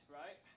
right